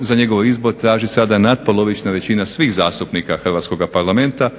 za njegov izbor traži sada natpolovična većina svih zastupnika Hrvatskoga parlamenta,